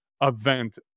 event